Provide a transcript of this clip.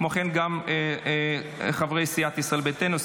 כמו כן גם סיעת ישראל ביתנו.